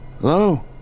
Hello